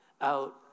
out